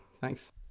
Thanks